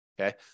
Okay